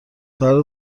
فردا